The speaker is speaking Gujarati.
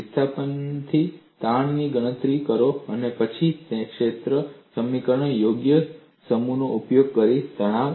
વિસ્થાપનથી તાણની ગણતરી કરો અને પછી ક્ષેત્ર સમીકરણોના યોગ્ય સમૂહનો ઉપયોગ કરીને તણાવ